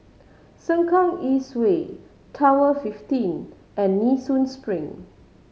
Sengkang East Way Tower fifteen and Nee Soon Spring